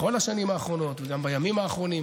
בכל השנים האחרונות וגם בימים האחרונים,